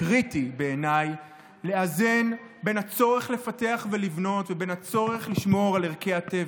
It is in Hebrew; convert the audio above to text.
קריטי בעיני לאזן בין הצורך לפתח ולבנות ובין הצורך לשמור על ערכי הטבע,